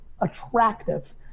attractive